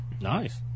nice